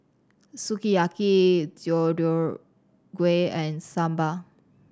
Sukiyaki Deodeok Gui and Sambar